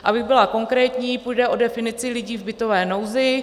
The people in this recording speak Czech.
Abych byla konkrétní, půjde o definici lidí v bytové nouzi.